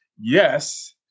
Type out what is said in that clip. yes